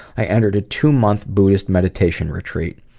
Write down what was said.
i entered a two-month buddhist meditation retreat.